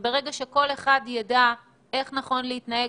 ברגע שכל אחד יידע איך נכון להתנהג